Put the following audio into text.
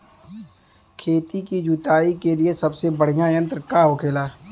खेत की जुताई के लिए सबसे बढ़ियां यंत्र का होखेला?